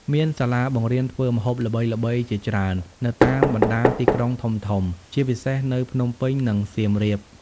មានសាលាបង្រៀនធ្វើម្ហូបល្បីៗជាច្រើននៅតាមបណ្ដាទីក្រុងធំៗ ជាពិសេសនៅភ្នំពេញ និងសៀមរាប ។